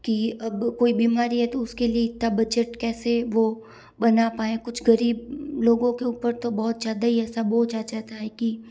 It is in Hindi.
कि अब कोई बीमारी है तो उसके लिए इतना बजट कैसे वो बना पाए कुछ गरीब लोगों के ऊपर तो बहुत ज़्यादा ही ऐसा बोझ आ जाता है कि